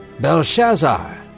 Belshazzar